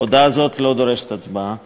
הודעה זו אינה דורשת הצבעה.